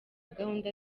gahunda